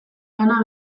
lana